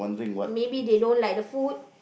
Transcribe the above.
maybe they don't like the food